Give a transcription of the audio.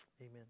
Amen